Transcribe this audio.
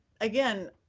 again